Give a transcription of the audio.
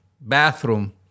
bathroom